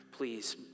Please